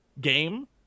game